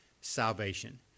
salvation